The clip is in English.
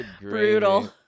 Brutal